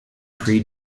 prix